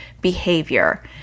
behavior